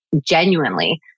genuinely